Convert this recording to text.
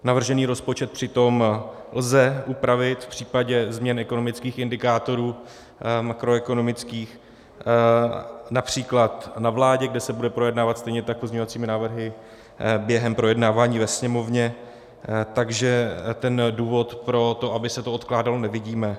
Navržený rozpočet přitom lze upravit v případě změn ekonomických indikátorů makroekonomických, například na vládě, kde se bude projednávat, stejně tak pozměňovacími návrhy během projednávání ve Sněmovně, takže ten důvod pro to, aby se to odkládalo, nevidíme.